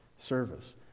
service